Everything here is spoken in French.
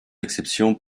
exceptions